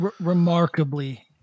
Remarkably